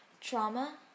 trauma